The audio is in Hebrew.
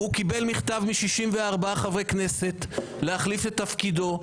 הוא קיבל מכתב מ-64 חברי כנסת להחליף את תפקידו.